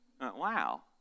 Wow